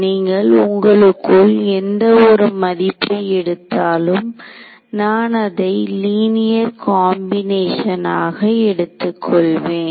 நீங்கள் உள்ளுக்குள்ள எந்த ஒரு மதிப்பை எடுத்தாலும் நான் அதை லீனியர் காம்பினேஷன் ஆக எடுத்துக்கொள்வேன்